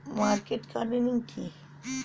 Market gardening কি?